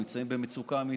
נמצאים במצוקה אמיתית.